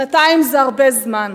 שנתיים זה הרבה זמן.